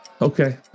Okay